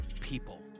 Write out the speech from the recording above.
people